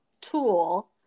tool